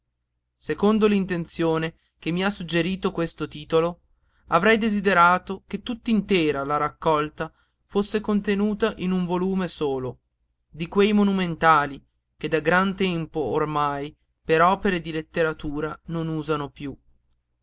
secondo l'intenzione che mi ha suggerito questo titolo avrei desiderato che tutt'intera la raccolta fosse contenuta in un volume solo di quei monumentali che da gran tempo ormai per opere di letteratura non usano piú